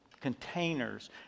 containers